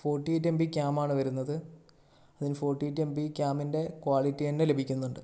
forty eight M P cam ആണ് വരുന്നത് അതിന് ഫൊട്ടി എയ്റ്റ് എം പി ക്യാമിൻ്റെ ക്വാളിറ്റി തന്നെ ലഭിക്കുന്നുണ്ട്